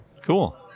Cool